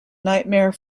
nightmare